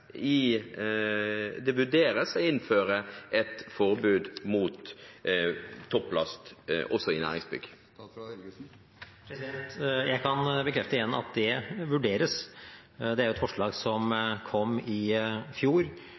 det vurderes å innføre et forbud mot topplast også i næringsbygg? Jeg kan bekrefte igjen at det vurderes. Det er et forslag som kom i fjor,